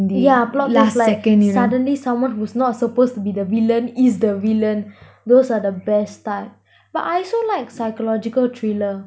yeah plot twist like suddenly someone who is not supposed to be the villain is the villain those are the best type but I also like psychological thriller